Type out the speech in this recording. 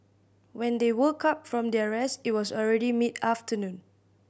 when they woke up from their rest it was already mid afternoon